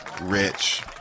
Rich